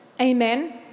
Amen